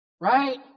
Right